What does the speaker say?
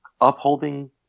upholding